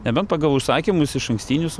nebent pagal užsakymus išankstinius